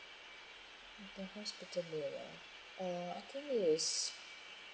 the hospital name ah uh I think is